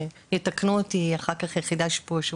ויתקנו אותי אחר כך אם אני טועה,